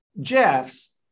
Jeff's